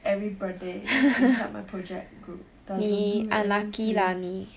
everybody inside my project group doesn't do anything